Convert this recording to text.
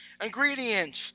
Ingredients